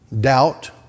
Doubt